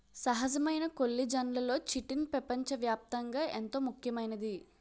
సహజమైన కొల్లిజన్లలో చిటిన్ పెపంచ వ్యాప్తంగా ఎంతో ముఖ్యమైంది